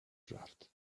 draft